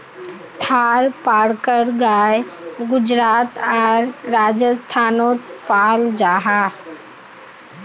थारपारकर गाय गुजरात आर राजस्थानोत पाल जाहा